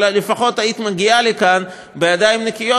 אבל לפחות היית מגיעה לכאן בידיים נקיות,